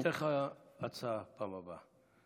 אני אתן לך הצעה לפעם הבאה.